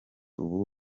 ubu